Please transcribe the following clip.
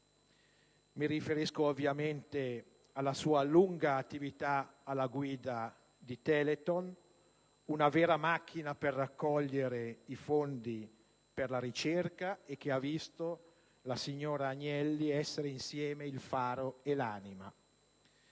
Mi riferisco alla sua lunga attività alla guida di Telethon, una vera macchina per raccogliere fondi per la ricerca, che ha avuto nella signora Agnelli insieme il faro e l'anima.